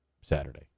Saturday